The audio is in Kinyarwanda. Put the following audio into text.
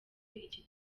iki